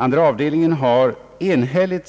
Andra avdelningen har enhälligt